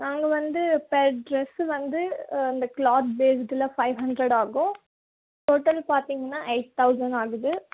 நாங்கள் வந்து per dress வந்து அந்த கிளாத் பேஸுடுல ஃபைவ் ஹண்ட்ரெட் ஆகும் டோட்டல் பார்த்திங்ன்னா எயிட் டௌசண்ட் ஆகுது